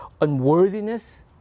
unworthiness